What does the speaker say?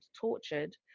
tortured